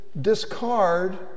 discard